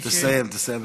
תסיים, תסיים בבקשה.